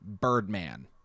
Birdman